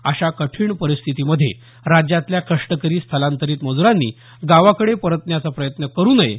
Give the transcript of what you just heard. अशा कठीण परिस्थितीमध्ये राज्यातल्या कष्टकरी स्थलांतरित मज्रांनी गावाकडे परतण्याचा प्रयत्न करू नये